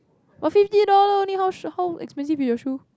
oh fifty dollar only how how expensive with your shoe